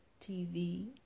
TV